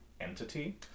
entity